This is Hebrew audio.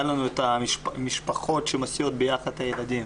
לנו את המשפחות שמסיעות ביחד את הילדים.